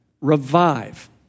revive